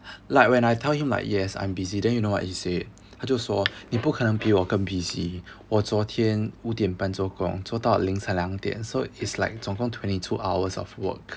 like when I tell him like yes I'm busy then you know what he said 他就说你不可能比我更 busy 我昨天五点半做工做到凌晨两点 so it's like 总共 twenty two hours of work